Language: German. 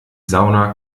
sauna